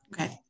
Okay